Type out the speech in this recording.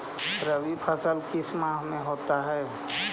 रवि फसल किस माह में होता है?